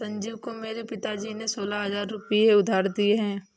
संजीव को मेरे पिताजी ने सोलह हजार रुपए उधार दिए हैं